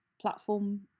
platform